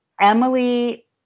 Emily